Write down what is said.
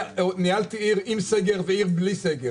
ניהלתי עיר עם סגר ועיר בלי סגר.